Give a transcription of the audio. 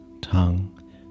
tongue